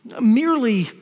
merely